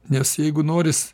nes jeigu noris